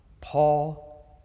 Paul